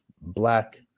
black